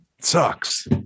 Sucks